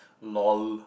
lol